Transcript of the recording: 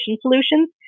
solutions